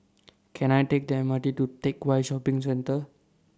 Can I Take The M R T to Teck Whye Shopping Centre